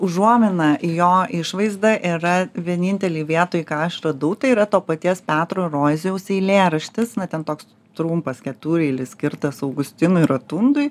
užuomina į jo išvaizda yra vienintelėj vietoj ką aš radau tai yra to paties petro roizijaus eilėraštis na ten toks trumpas ketureilis skirtas augustinui rotundui